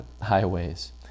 highways